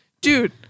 Dude